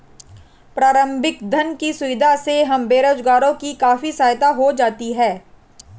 प्रारंभिक धन की सुविधा से हम बेरोजगारों की काफी सहायता हो जाती है